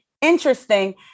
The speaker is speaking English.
Interesting